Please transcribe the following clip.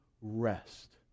rest